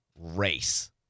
race